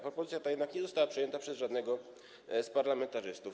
Propozycja ta jednak nie została przyjęta przez żadnego z parlamentarzystów.